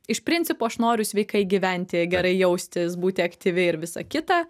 iš principo aš noriu sveikai gyventi gerai jaustis būti aktyvi ir visa kita